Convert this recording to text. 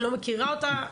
אני לא מכירה אותה,